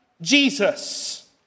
Jesus